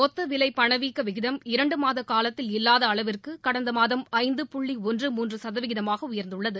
மொத்த விலை பணவீக்க விகிதம் இரண்டு மாத காலத்தில் இல்லாத அளவிற்கு கடந்த மாதம் ஐந்து புள்ளி ஒன்று மூன்று சதவீதமாக உயர்ந்துள்ளது